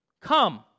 Come